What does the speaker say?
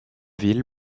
ville